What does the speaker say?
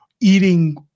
eating